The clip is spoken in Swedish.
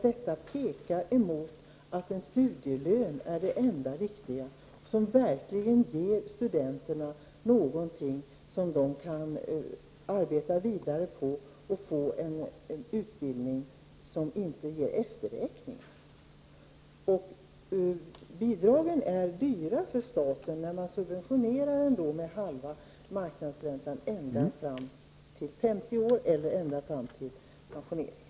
Detta talar för att studielön är det enda riktiga, som verkligen ger studenterna någonting som de kan arbeta vidare med för att få en utbildning som inte ger efterräkningar. Bidragen är dyra för staten, som subventionerar med halva marknadsräntan ända fram till dess man fyller 50 år eller går i pension.